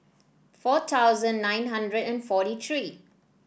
four thousand nine hundred and forty three